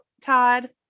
Todd